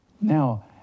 Now